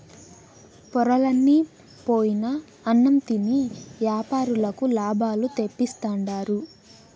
పొరలన్ని పోయిన అన్నం తిని యాపారులకు లాభాలు తెప్పిస్తుండారు